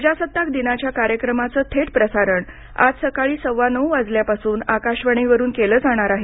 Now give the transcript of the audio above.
प्रजासत्ताक दिनाच्या कार्यक्रमाचं थेट प्रसारण आज सकाळी सव्वा नऊ वाजल्यापासून आकाशवाणीवरून केलं जाणार आहे